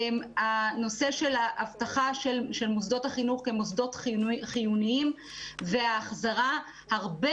הנושא של האבטחה של מוסדות החינוך כמוסדות חיוניים והחזרה הרבה